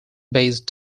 based